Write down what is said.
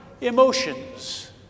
emotions